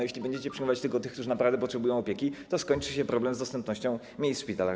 Jeśli będziecie przyjmować tylko tych, którzy naprawdę potrzebują opieki, to skończy się problem z dostępnością miejsc w szpitalach.